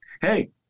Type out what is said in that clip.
hey